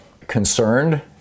concerned